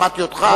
שמעתי אותך,